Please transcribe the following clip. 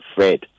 Fred